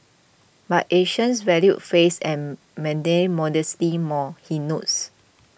but Asians value face and mandate modesty more he notes